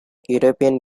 european